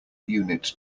unit